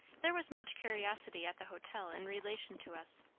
there was much curiosity at the hotel in relation to us,